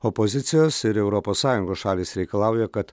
opozicijos ir europos sąjungos šalys reikalauja kad